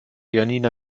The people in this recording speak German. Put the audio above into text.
janina